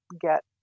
get